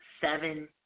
seven